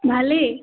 ভালেই